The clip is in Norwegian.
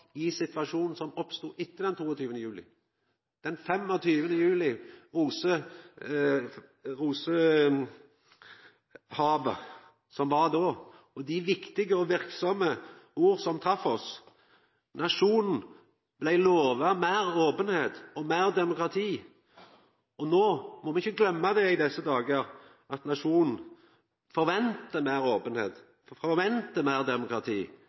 i situasjonen som oppstod etter den 22. juli. Rosehavet den 25. juli 2011 og dei viktige og verksame orda trefte oss. Nasjonen blei lova meir openheit og meir demokrati. Nå må me i desse dagar ikkje gløyma at nasjonen forventar meir openheit